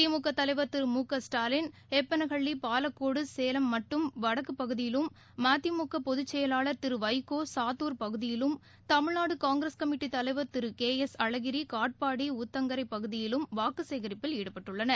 திமுக தலைவர் திரு மு க ஸ்டாலின் வேப்பனஹல்லி பாலக்கோடு சேலம் வடக்கு பகுதிகளிலும் மதிமுக பொதுச்சுயவாளர் திரு வைகோ சாத்தூர் பகுதியிலும் தமிழ்நாடு காங்கிரஸ் கமிட்டி தலைவர் திரு கே எஸ் அழகிரி காட்பாடு ஊத்தங்கரை பகுதியிலும் வாக்குச்சேகரிப்பில் ஈடுபட்டுள்ளனர்